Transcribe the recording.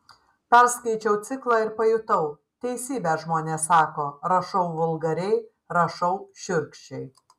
perskaičiau ciklą ir pajutau teisybę žmonės sako rašau vulgariai rašau šiurkščiai